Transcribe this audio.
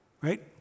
right